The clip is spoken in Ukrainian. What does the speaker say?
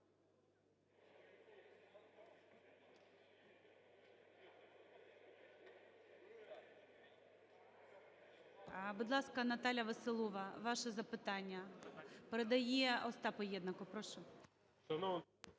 Будь ласка, Наталя Веселова, ваше запитання. Передає Остапу Єднаку. Прошу.